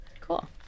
Cool